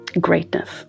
greatness